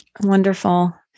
Wonderful